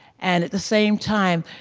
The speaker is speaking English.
and, at the same time,